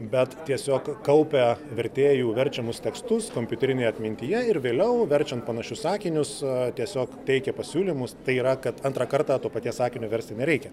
bet tiesiog kaupia vertėjų verčiamus tekstus kompiuterinėj atmintyje ir vėliau verčiant panašius sakinius tiesiog teikia pasiūlymus tai yra kad antrą kartą to paties sakinio versti nereikia